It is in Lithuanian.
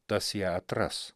tas ją atras